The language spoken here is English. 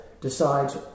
decides